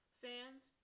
fans